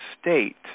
state